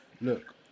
look